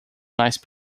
nice